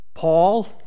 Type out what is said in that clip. Paul